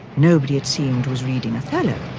nobody it seemed was reading othello.